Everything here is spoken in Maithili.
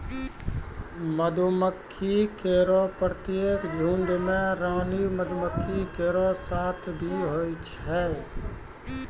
मधुमक्खी केरो प्रत्येक झुंड में रानी मक्खी केरो साथ भी होय छै